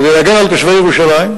כדי להגן על תושבי ירושלים,